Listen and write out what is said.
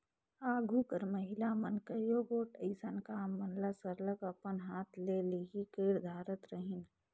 आघु कर महिला मन कइयो गोट अइसन काम मन ल सरलग अपन हाथ ले ही कइर धारत रहिन